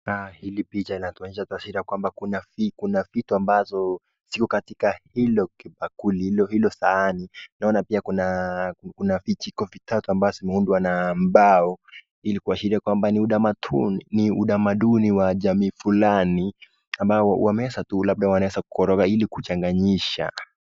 Hii ni picha inatuonyesha taswira kwamba kuna kuna vitu ambazo ziko katika hilo kibakuli, hilo hilo sahani. Naona pia kuna kuna vijiko vitatu ambavyo vimeundwa na mbao ili kuashiria kwamba ni utamaduni wa jamii fulani ambao wameanza tu labda wanaweza kukoroga ili kuchanganyisha.